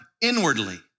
inwardly